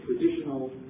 traditional